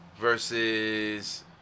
versus